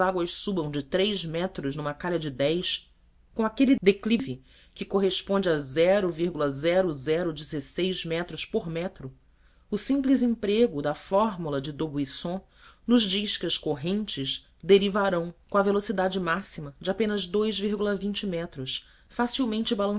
águas subam de três metros numa calha de dez com aquele declive que corresponde a m por metro o simples emprego da fórmula de daubuisson nos diz que as correntes derivarão com a velocidade máxima de apenas m facilmente